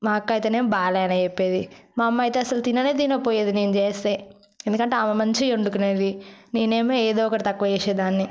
మా అక్క అయితేనేమో బాలేదని చెప్పేది మా అమ్మ అయితే అసలు తినదే తినకపోయేది చేస్తే ఎందుకంటే ఆమె మంచిగా వండుకునేది నేనేమో ఏదో ఒకటి తక్కువ చేసేదాన్ని